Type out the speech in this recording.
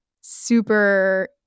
super